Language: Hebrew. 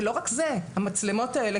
ולא רק זה אלא המצלמות האלה,